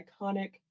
iconic